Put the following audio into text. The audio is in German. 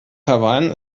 taiwan